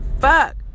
fuck